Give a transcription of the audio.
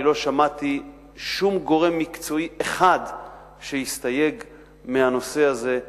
לא שמעתי שום גורם מקצועי שהסתייג מהנושא הזה.